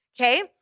okay